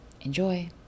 enjoy